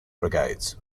brigades